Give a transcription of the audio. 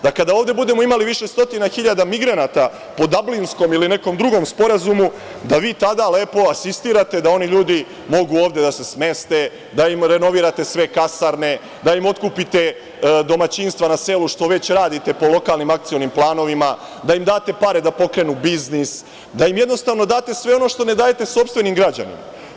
Da kada ovde budemo imali više stotina hiljada migranata po Dablinskom ili nekom drugom sporazumu, da vi tada lepo asistirate da oni ljudi mogu ovde da se smeste, da im renovirate sve kasarne, da im otkupite domaćinstva na selu, što već radite po lokalnim akcionim planovima, da im date pare da pokrenu biznis, da im jednostavno date sve ono što ne dajete sopstvenim građanima.